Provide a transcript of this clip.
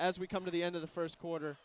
as we come to the end of the first quarter